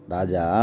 Raja